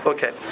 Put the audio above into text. Okay